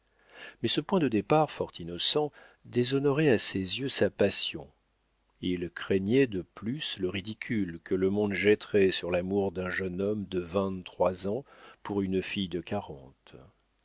mais ce point de départ fort innocent déshonorait à ses yeux sa passion il craignait de plus le ridicule que le monde jetterait sur l'amour d'un jeune homme de vingt-trois ans pour une fille de quarante